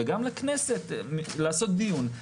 אם אתה מסתכל על הגילאים 30-20,